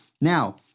Now-